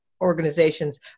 organizations